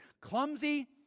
Clumsy